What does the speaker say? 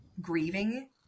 grieving